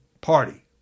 Party